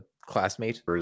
classmate